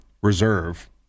reserve